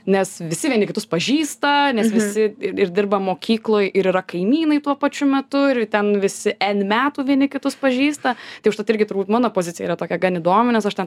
nes visi vieni kitus pažįsta nes visi ir ir dirba mokykloj ir yra kaimynai tuo pačiu metu ir ten visi n metų vieni kitus pažįsta tai užtat irgi turbūt mano pozicija yra tokia gan įdomi nes aš ten